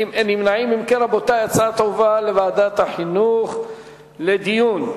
כן, רבותי, ההצעה תועבר לוועדת החינוך לדיון.